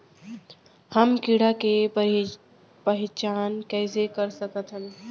हम कीड़ा के पहिचान कईसे कर सकथन